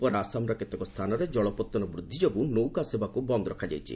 ଉପର ଆସାମର କେତେକ ସ୍ଥାନରେ କଳପଉନ ବୃଦ୍ଧି ଯୋଗୁଁ ନୌକା ସେବାକୁ ବନ୍ଦ ରଖାଯାଇଛି